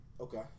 Okay